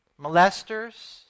molesters